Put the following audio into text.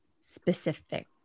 specific